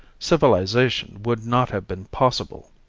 civilization would not have been possible.